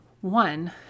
One